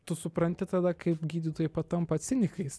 tu supranti tada kaip gydytojai tampa cinikais